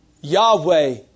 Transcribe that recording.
Yahweh